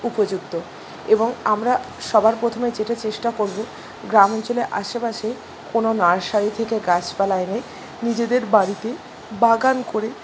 উপযুক্ত এবং আমরা সবার পোথমে যেটা চেষ্টা করব গ্রামাঞ্চলে আশেপাশে কোন নার্সারি থেকে গাছপালা এনে নিজেদের বাড়িতে বাগান করে